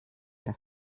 der